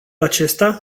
acesta